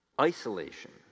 Isolation